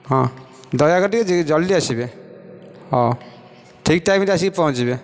ହଁ ଦୟାକରି ଟିକେ ଜଲ୍ଦି ଆସିବେ ହଁ ଠିକ ଟାଇମ୍ରେ ଆସିକି ପହଞ୍ଚିବେ